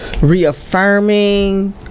reaffirming